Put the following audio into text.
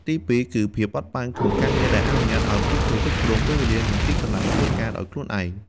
ទីពីរ គឺ ភាពបត់បែនក្នុងការងារ ដែលអនុញ្ញាតឱ្យពួកគេគ្រប់គ្រងពេលវេលា និងទីកន្លែងធ្វើការដោយខ្លួនឯង។